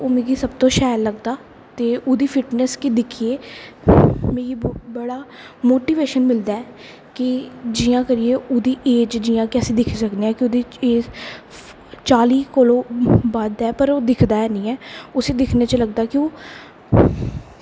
ओह् मिगी सब तू शैल लगदा ते ओह्दी फिटनेस गी दिक्खियै मिगी लगदा ऐ जियां कि ओह्दी एज़ दिक्खी सकने आं की ओह्दी एज़ चाली कोला बद्ध ऐ पर ओह् दिक्खदा निं ऐ उसी दिक्खनै च लगदा की ओह्